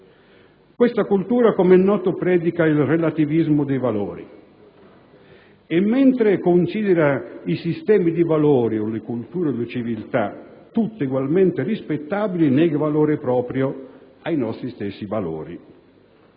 Questa cultura, come è noto, predica il relativismo dei valori e, mentre considera i sistemi di valori, le culture o le civiltà tutte ugualmente rispettabili, nega valore proprio ai nostri stessi valori.